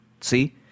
See